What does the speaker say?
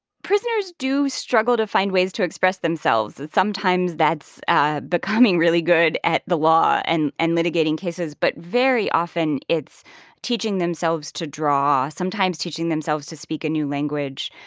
prisoners do struggle to find ways to express themselves. and sometimes that's becoming really good at the law and and litigating cases. but very often it's teaching themselves to draw, sometimes teaching themselves to speak a new language,